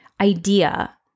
idea